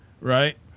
right